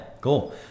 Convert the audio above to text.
cool